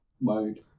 mode